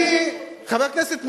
חבר הכנסת מולה,